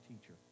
teacher